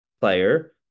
player